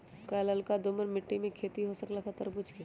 का लालका दोमर मिट्टी में खेती हो सकेला तरबूज के?